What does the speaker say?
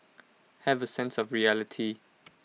have A sense of reality